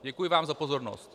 Děkuji vám ze pozornost.